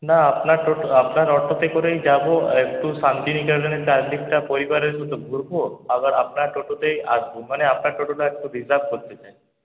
না আপনার টোটো আপনার অটোতে করেই যাবো একটু শান্তিনিকেতনের চারদিকটা পরিবারের সাথে ঘুরবো আবার আপনার টোটোতেই আসবো মানে আপনার টোটোটা একটু রিজার্ভ করতে চাই